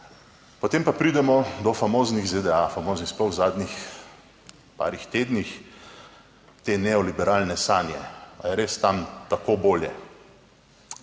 Potem pa pridemo do famoznih ZDA, famoznih sploh v zadnjih parih tednih, te neoliberalne sanje. Ali je res tam tako bolje?